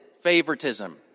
favoritism